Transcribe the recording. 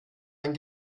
ein